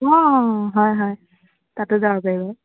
অঁ অঁ অঁ হয় হয় তাতে যাব পাৰিব